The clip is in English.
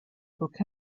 book